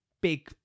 big